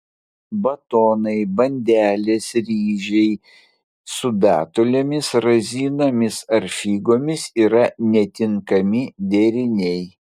batonai bandelės ryžiai su datulėmis razinomis ar figomis yra netinkami deriniai